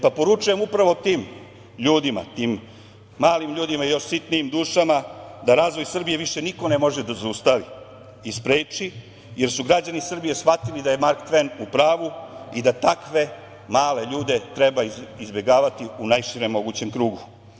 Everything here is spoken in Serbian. Poručujem upravo tim ljudima, tim malim ljudima i još sitnijim dušama, da razvoj Srbije više niko ne može da zaustavi i spreči, jer su građani Srbije shvatili da je Mark Tven u pravu i da takve male ljude treba izbegavati u najširem mogućem krugu.